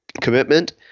commitment